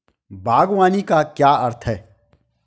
बागवानी का क्या अर्थ है?